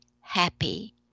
happy